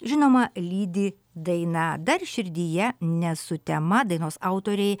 žinoma lydi daina dar širdyje ne sutema dainos autoriai